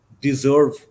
deserve